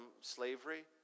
slavery